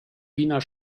wiener